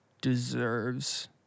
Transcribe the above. deserves